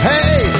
Hey